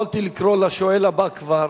יכולתי לקרוא לשואל הבא כבר,